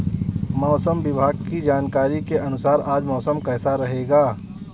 मौसम विभाग की जानकारी के अनुसार आज मौसम कैसा रहेगा?